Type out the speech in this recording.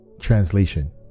translation